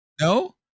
No